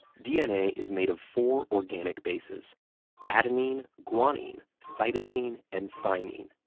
dna is made of four organic bases adenine, guanine, cytosine, and thymine,